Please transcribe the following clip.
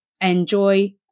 enjoy